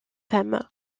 femme